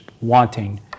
wanting